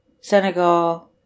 Senegal